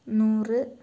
നൂറ്